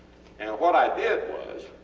and what i did was